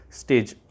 stage